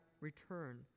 return